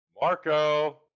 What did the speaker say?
Marco